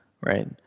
right